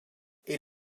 est